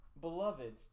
beloved